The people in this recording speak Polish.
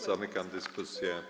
Zamykam dyskusję.